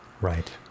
right